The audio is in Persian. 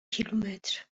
کیلومتر